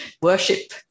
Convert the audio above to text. worship